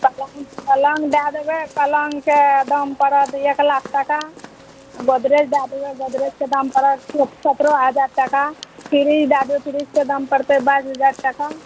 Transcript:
पलङ्ग पलङ्ग दै देबै एकटा पलङ्गके दाम पड़त एक लाख टका गोदरेज दै देबै गोदरेजके दाम पड़त सतरह हजार टका फ्रिज दै देबै फ्रिजके दाम पड़तै बाइस हजार टका